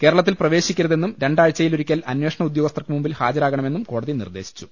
കേരളത്തിൽ പ്രവേശിക്കരുതെന്നും രണ്ടാഴ്ചയിലൊരിക്കൽ അന്വേഷണ ഉദ്യോഗസ്ഥർക്ക് മുമ്പിൽ ഹാജരാകണമെന്നും കോടതി നിർദേശിച്ചു